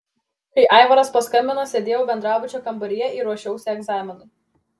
kai aivaras paskambino sėdėjau bendrabučio kambaryje ir ruošiausi egzaminui